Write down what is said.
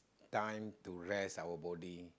time to rest our body